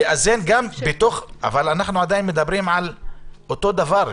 אנחנו עדיין מדברים על אותו דבר.